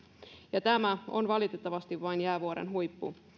ja tämä on valitettavasti vain jäävuorenhuippu